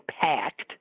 packed